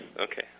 Okay